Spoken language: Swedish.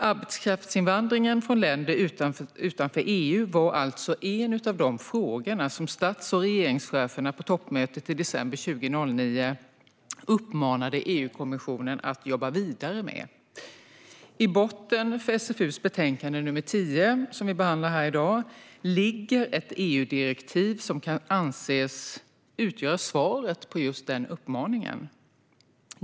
Arbetskraftsinvandringen från länder utanför EU var alltså en av de frågor som stats och regeringscheferna på toppmötet i december 2009 uppmanade EU-kommissionen att jobba vidare med. I botten för SfU:s betänkande nr 10, som vi behandlar här i dag, ligger ett EU-direktiv som kan anses utgöra svaret på just den uppmaningen.